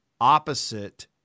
opposite